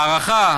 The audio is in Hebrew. ההערכה